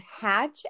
Hatch